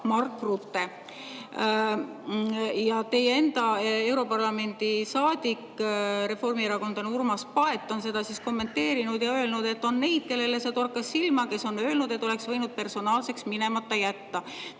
Mark Rutte." Teie enda europarlamendi saadik, reformierakondlane Urmas Paet on seda kommenteerinud ja öelnud, et on neid, kellele see torkas silma, kes on öelnud, et oleks võinud personaalseks minemata jätta. Te